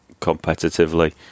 competitively